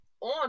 on